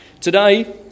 Today